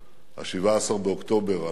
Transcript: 17 באוקטובר 2001,